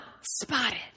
spotted